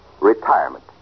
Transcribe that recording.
Retirement